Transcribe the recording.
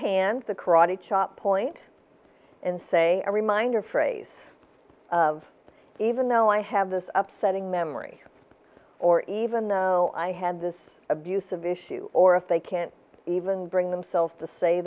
hand the karate chop point and say a reminder phrase of even though i have this upset in memory or even though i had this abusive issue or if they can't even bring themselves to say